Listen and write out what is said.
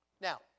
Now